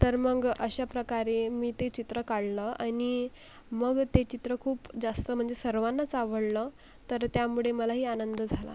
तर मग अशा प्रकारे मी ते चित्र काढलं आणि मग ते चित्र खूप जास्त म्हणजे सर्वांनाच आवडलं तर त्यामुळे मलाही आनंद झाला